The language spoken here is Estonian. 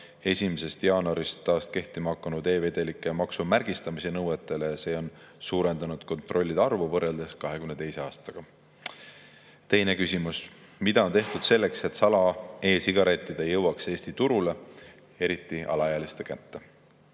1. jaanuarist taas kehtima hakanud e‑vedelike maksumärgistamise nõuetele. See on suurendanud kontrollide arvu võrreldes 2022. aastaga. Teine küsimus: mida on tehtud selleks, et sala‑e‑sigaretid ei jõuaks Eesti turule, eriti alaealiste kätte?